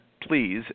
Please